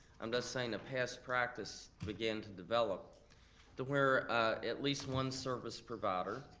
i'm just saying a past practice began to develop to where at least one service provider,